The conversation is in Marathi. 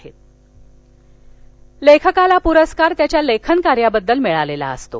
सत्कार लेखकाला प्रस्कार त्याच्या लेखन कार्याबद्दल मिळालेला असतो